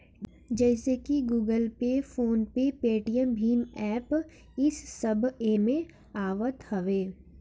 जइसे की Google Pay, PhonePe, Paytm भीम एप्प इस सब एमे आवत हवे